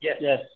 yes